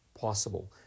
possible